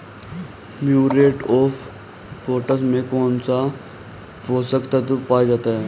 Muriate of potash में कौन सा पोषक तत्व पाया जाता है?